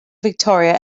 victoria